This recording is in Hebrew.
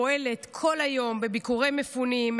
פועלת כל היום בביקורי מפונים,